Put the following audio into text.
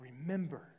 Remember